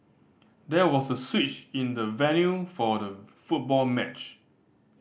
there was a switch in the venue for the football match